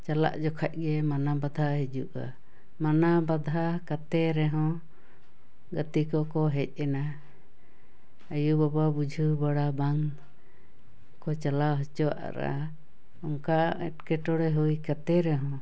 ᱪᱟᱞᱟᱜ ᱡᱚᱠᱷᱚᱡ ᱜᱮ ᱢᱟᱱᱟᱵᱟᱫᱷᱟ ᱦᱤᱡᱩᱜᱼᱟ ᱢᱟᱱᱟᱵᱟᱫᱷᱟ ᱠᱟᱛᱮ ᱨᱮᱦᱚᱸ ᱜᱟᱛᱮᱠᱚᱠᱚ ᱦᱮᱡ ᱮᱱᱟ ᱟᱭᱳ ᱵᱟᱵᱟ ᱵᱩᱡᱷᱷᱟᱹᱣ ᱵᱟᱲᱟ ᱵᱟᱝ ᱠᱚ ᱪᱟᱞᱟᱣ ᱚᱪᱚᱣᱟᱜᱼᱟ ᱚᱱᱠᱟ ᱮᱴᱠᱮᱴᱚᱬᱮ ᱦᱩᱭ ᱠᱟᱛᱮ ᱨᱮᱦᱚᱸ